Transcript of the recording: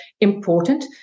important